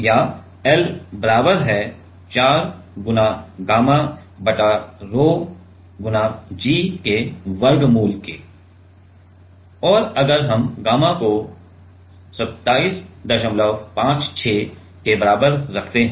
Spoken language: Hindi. या L बराबर है 4 गामा बटा rho g के वर्गमूल के और अगर हम गामा को 2756 के बराबर रखते हैं